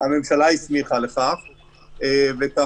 שהממשלה הסמיכה לכך ולכן זה מנוסח ככה.